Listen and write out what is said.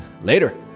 Later